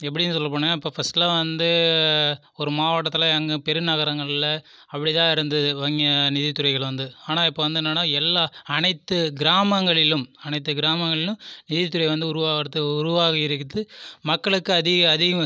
எப்படின்னு சொல்லப்போனால் இப்போ ஃபஸ்ட்லாம் வந்து ஒரு மாவட்டத்தில் எங்கே பெருநகரங்களில் அப்படிதான் இருந்தது வங்கி நிதித்துறைகள் வந்து ஆனால் இப்போ வந்து என்னென்னா எல்லா அனைத்து கிராமங்களிலும் அனைத்து கிராமங்களிலும் நிதித்துறை வந்து உருவாகிறதுக்கு உருவாகி இருக்குது மக்களுக்கு அதிக அதிகம்